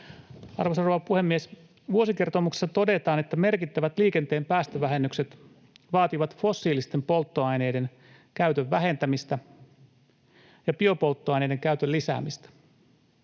rouva puhemies! Vuosikertomuksessa todetaan, että merkittävät liikenteen päästövähennykset vaativat fossiilisten polttoaineiden käytön vähentämistä ja biopolttoaineiden käytön lisäämistä.